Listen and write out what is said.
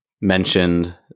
mentioned